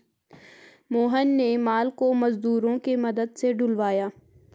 मोहन ने माल को मजदूरों के मदद से ढूलवाया